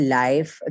life